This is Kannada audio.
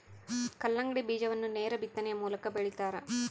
ಕಲ್ಲಂಗಡಿ ಬೀಜವನ್ನು ನೇರ ಬಿತ್ತನೆಯ ಮೂಲಕ ಬೆಳಿತಾರ